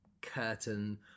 curtain